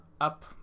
up